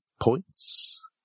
points